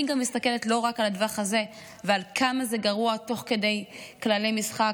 אני גם מסתכלת לא רק על הטווח הזה ועל כמה זה גרוע תוך כדי כללי משחק,